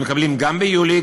הם מקבלים גם ביולי,